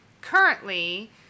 currently